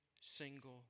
single